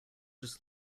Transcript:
just